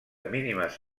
mínimes